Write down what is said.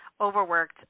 overworked